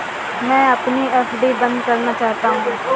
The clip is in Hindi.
मैं अपनी एफ.डी बंद करना चाहता हूँ